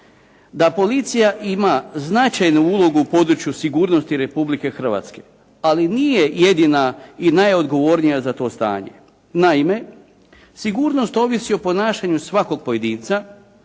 da policija ima značajnu ulogu u području sigurnosti Republike Hrvatske, ali nije jedina i najodgovornija za to stanje. Naime, sigurnost ovisi o ponašanju svakog pojedinca,